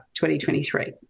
2023